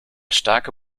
starke